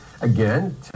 Again